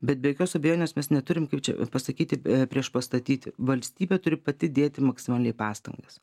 bet be jokios abejonės mes neturim kaip čia pasakyti priešpastatyti valstybė turi pati dėti maksimaliai pastangas